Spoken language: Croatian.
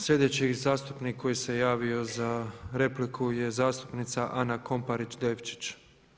Sljedeći zastupnik koji se javio za repliku je zastupnica Ana Komparić Devčić.